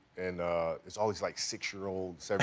and ah it's all these like six year olds, and